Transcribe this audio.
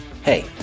Hey